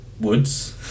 Woods